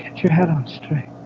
get your head on straight